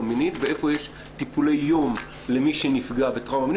מינית ואיפה יש טיפולי יום למי שנפגע בטראומה מינית,